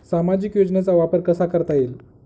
सामाजिक योजनेचा वापर कसा करता येईल?